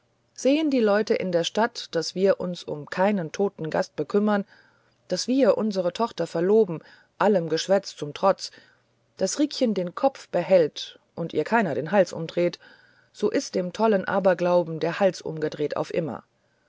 sehen die leute in der stadt daß wir uns um keinen toten gast bekümmern daß wir unsere tochter verloben allem geschwätz zum trotz daß rieckchen den kopf behält und ihr keiner den hals umdreht so ist dem tollen aberglauben der hals umgedreht auf immer